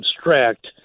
abstract